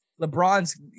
lebrons